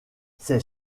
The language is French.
ces